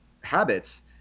habits